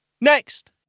next